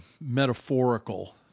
metaphorical